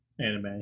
anime